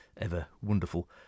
ever-wonderful